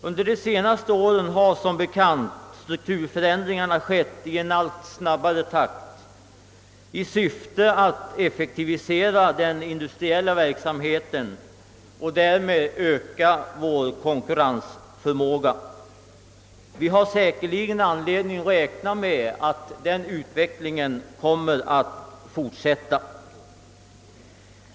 Under de senaste åren har som bekant strukturförändringarna skett i en allt snabbare takt i syfte att effektivisera den industriella verksamheten och därmed öka vår konkurrensförmåga. Vi har säkerligen anledning att räkna med att den utvecklingen kommer att fortsätta.